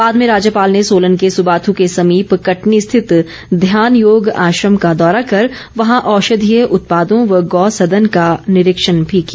बाद में राज्यपाल ने सोलन के सबाथ के समीप कटनी स्थित ध्यानयोग आश्रम का दौरा कर वहां औषधीय उत्पादों व गौ सदन का निरीक्षण भी किया